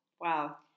Wow